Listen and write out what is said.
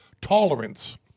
tolerance